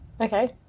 Okay